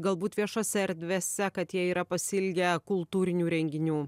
galbūt viešose erdvėse kad jie yra pasiilgę kultūrinių renginių